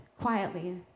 quietly